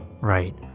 right